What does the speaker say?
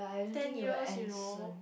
ten years you know